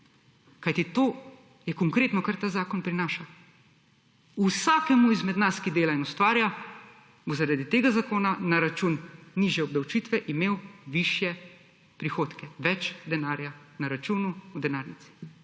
Kajti to konkretno ta zakon prinaša. Vsak izmed nas, ki dela in ustvarja, bo zaradi tega zakona na račun nižje obdavčitve imel višje prihodke, več denarja na računu, v denarnici.